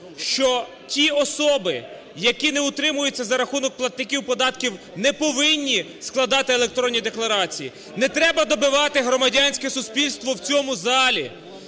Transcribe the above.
що ті особи, які не утримуються за рахунок платників податків, не повинні складати електронні декларації. Не треба добивати громадянське суспільство в цьому залі.